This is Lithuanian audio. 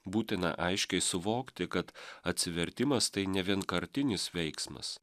būtina aiškiai suvokti kad atsivertimas tai ne vienkartinis veiksmas